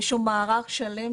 יש לו מערך שלם,